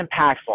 impactful